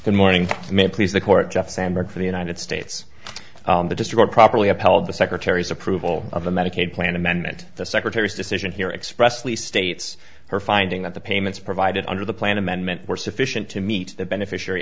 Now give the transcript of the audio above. the morning may please the court just samberg for the united states to destroy properly upheld the secretary's approval of the medicaid plan amendment the secretary's decision here expressly states her finding that the payments provided under the plan amendment were sufficient to meet the beneficiary